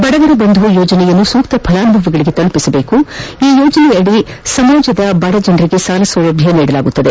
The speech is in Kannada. ಬಡವರ ಬಂಧು ಯೋಜನೆಯನ್ನು ಸೂಕ್ತ ಫಲಾನುಭವಿಗಳಿಗೆ ತಲುಪಿಸಬೇಕು ಈ ಯೋಜನೆಯದಿ ಸಮಾಜದಲ್ಲಿನ ಬಡ ಜನರಿಗೆ ಸಾಲ ಸೌಲಭ್ಯೆ ನೀಡಲಾಗುತ್ತಿದೆ